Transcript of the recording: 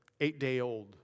eight-day-old